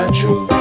true